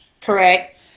Correct